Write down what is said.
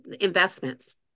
investments